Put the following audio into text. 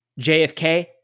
JFK